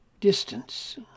distance